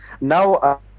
Now